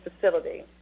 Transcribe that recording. Facility